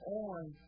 on